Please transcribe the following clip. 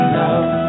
love